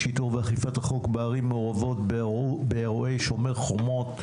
שיטור ואכיפת החוק בערים מעורבות באירועי "שומר החומות"